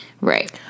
Right